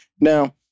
Now